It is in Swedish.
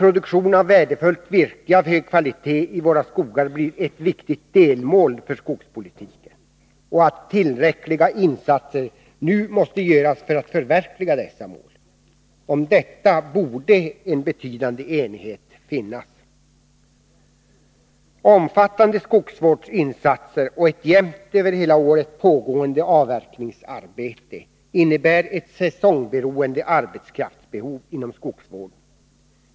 Produktion av värdefullt virke av hög kvalitet i våra skogar måste bli ett viktigt delmål för skogspolitiken. Tillräckliga insatser måste nu göras för att förverkliga dessa mål. Om detta borde en betydande enighet finnas. Omfattande skogsvårdsinsatser och ett jämnt, över hela året pågående avverkningsarbete innebär ett säsongberoende arbetskraftsbehov inom skogsvården.